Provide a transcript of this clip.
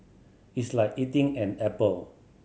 it's like eating an apple